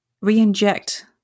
re-inject